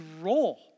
role